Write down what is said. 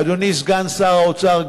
אדוני סגן שר האוצר,